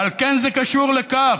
ועל כן זה קשור לכך,